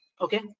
Okay